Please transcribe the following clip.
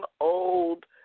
old